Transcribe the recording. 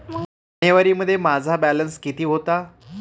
जानेवारीमध्ये माझा बॅलन्स किती होता?